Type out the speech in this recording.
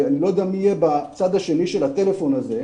שאני לא יודע מי יהיה בצד השני של הטלפון הזה,